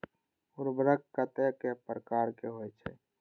उर्वरक कतेक प्रकार के होई छै?